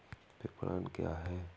विपणन क्या है?